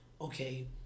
Okay